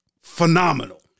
Phenomenal